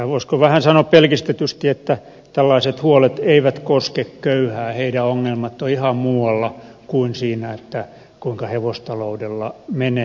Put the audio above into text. voisiko vähän sanoa pelkistetysti että tällaiset huolet eivät koske köyhiä heidän ongelmansa ovat ihan muualla kuin siinä kuinka hevostaloudella menee